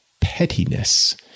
pettiness